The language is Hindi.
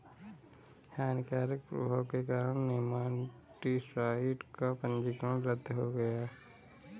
हानिकारक प्रभाव के कारण नेमाटीसाइड का पंजीकरण रद्द हो गया